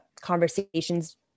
conversations